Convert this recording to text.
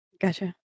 Gotcha